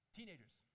Teenagers